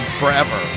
forever